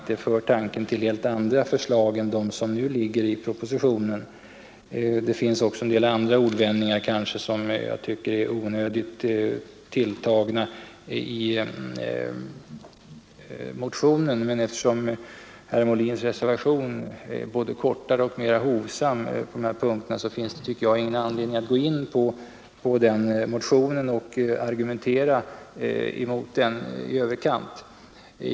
Det för tanken till helt andra förslag än de som nu ligger i propositionen. Det finns också en del andra ordvändningar i motionen som jag tycker är onödigt hårt tilltagna, men eftersom herr Molins reservation är både kortare och mera hovsam därvidlag har jag ingen anledning att gå in på motionen och argumentera mot den i överkant.